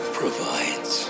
provides